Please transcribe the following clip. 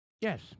Yes